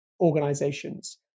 organizations